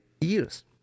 years